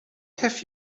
have